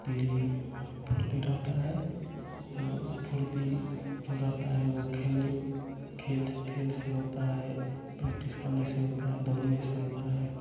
दिली फुर्ती रहता है और फुर्ती जो रहता है वो खेलने खेल खेल से होता है प्रेक्टिस करने से होता है दौड़ने से होता है